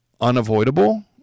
unavoidable